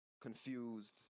confused